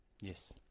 yes